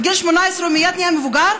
בגיל 18 הוא מייד נהיה מבוגר?